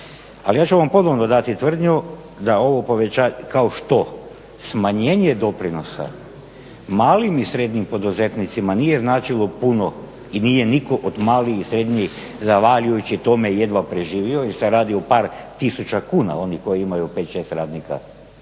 Ali ja ću vam ponovno dati tvrdnju da ovo, kao što smanjenje doprinosa malim i srednjim poduzetnicima nije značilo puno i nije nitko od malih i srednjih zahvaljujući tome jedva preživio jer se radi o par tisuća kuna, oni koji imaju 5, 6 radnika